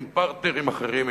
עם פרטנרים אחרים.